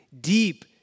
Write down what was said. Deep